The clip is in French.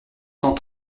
cent